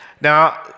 Now